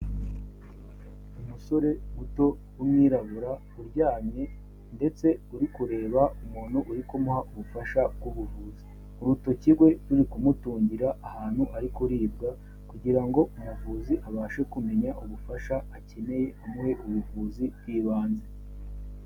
Umusore muto w'umwirabura, uryamye ndetse uri kureba umuntu uri kumuha ubufasha bw'ubuvuzi. Urutoki rwe ruri kumutungira ahantu ari kuribwa kugira ngo umuvuzi abashe kumenya ubufasha akeneye, amuhe ubuvuzi bw'ibanze.